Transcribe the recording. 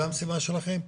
זו המשימה שלכם,